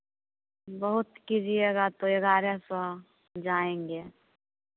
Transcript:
बहुत कीजिएगा तो ग्यारह सौ जाएँगे